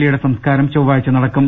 എയുടെ സംസ്കാരം ചൊവ്വാഴ്ച നടക്കും